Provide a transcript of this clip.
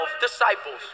disciples